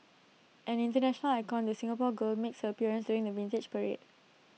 an International icon the Singapore girl makes her appearance during the Vintage Parade